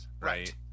right